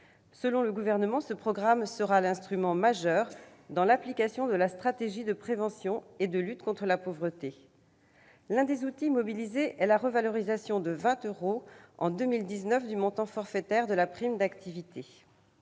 Selon le Gouvernement, ce programme sera l'instrument majeur dans l'application de la stratégie nationale de prévention et de lutte contre la pauvreté. L'un des outils mobilisés est la revalorisation de 20 euros, en 2019, du montant forfaitaire de la prime d'activité.